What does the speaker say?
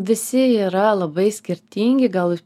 visi yra labai skirtingi gal